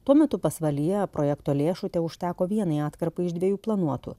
tuo metu pasvalyje projekto lėšų užteko vienai atkarpai iš dviejų planuotų